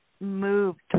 moved